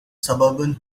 suburban